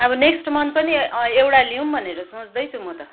अब next month पनि एउटा लिउँ भनेर सोच्दैछु म त